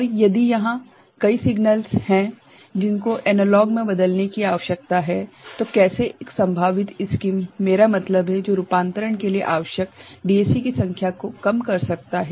और यदि यहाँ कई सिगनल्स हैं - जिनको एनालॉग में बदलने की आवश्यकता है तो कैसे एक संभावित स्कीम मेरा मतलब है जो रूपांतरण के लिए आवश्यक डीएसी की संख्या को कम कर सकता है